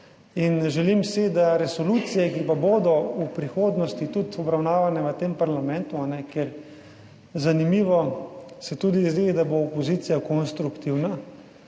In želim si, da resolucije, ki pa bodo v prihodnosti tudi obravnavane v tem parlamentu, ker zanimivo se tudi zdi, da bo opozicija konstruktivna